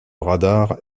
radar